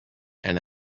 and